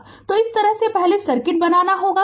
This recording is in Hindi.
तो इस तरह से पहले सर्किट बनाना होगा